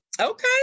Okay